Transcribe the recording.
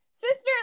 sister